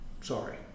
Sorry